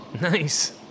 nice